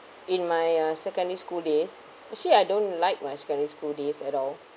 in my uh secondary school days actually I don't like my secondary school days at all